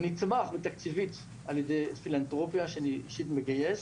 הוא נתמך תקציבית על ידי פילנתרופיה שאני אישית מגייס,